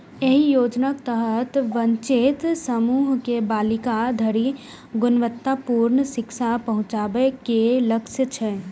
एहि योजनाक तहत वंचित समूह के बालिका धरि गुणवत्तापूर्ण शिक्षा पहुंचाबे के लक्ष्य छै